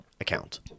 account